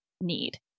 need